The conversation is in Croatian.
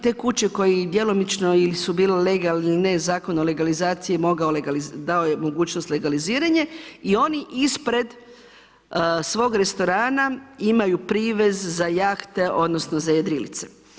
Te kuće i djelomično ili su bile legalne ili ne, Zakon o legalizaciji dao je mogućnost legaliziranja i oni ispred svog restorana imaju privez za jahte odnosno za jedrilice.